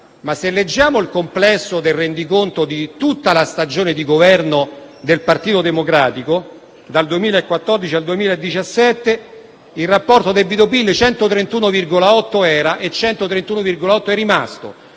Ma, se leggiamo il complesso del rendiconto di tutta la stagione di Governo del Partito Democratico, dal 2014 al 2017 il rapporto tra debito e PIL 131,8 era e 131,8 è rimasto.